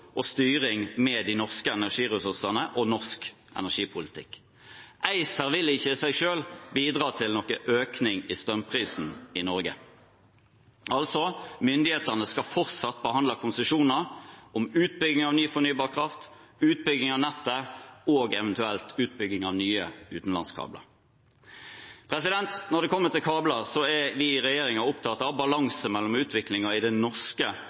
og styring med de norske energiressursene og norsk energipolitikk. ACER vil i seg selv ikke bidra til noen økning i strømprisen i Norge. Altså skal myndighetene fortsatt behandle konsesjoner om utbygging av ny fornybar kraft, utbygging av nettet og eventuelt utbygging av nye utenlandskabler. Når det gjelder kabler, er vi i regjeringen opptatt av balansen mellom utviklingen i den norske